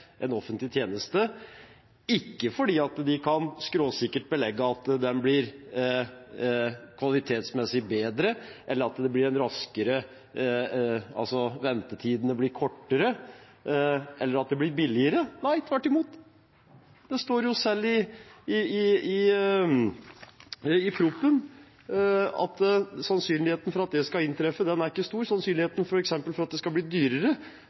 en offentlig tjeneste – ikke fordi de skråsikkert kan belegge at den blir kvalitetsmessig bedre, at ventetidene blir kortere, eller at det blir billigere, nei tvert imot: Det står jo i proposisjonen at sannsynligheten for at det skal inntreffe, ikke er stor. Sannsynligheten for at det skal bli dyrere,